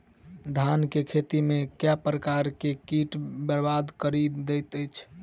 धान केँ खेती मे केँ प्रकार केँ कीट बरबाद कड़ी दैत अछि?